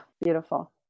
beautiful